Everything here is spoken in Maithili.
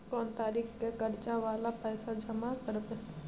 कोन तारीख के कर्जा वाला पैसा जमा करबे?